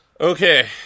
Okay